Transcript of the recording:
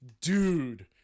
dude